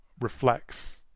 reflects